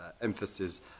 emphasis